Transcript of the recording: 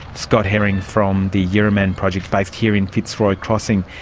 scott herring from the yiriman project based here in fitzroy crossing.